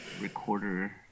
recorder